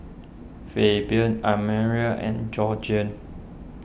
Fabian Admiral and Georgene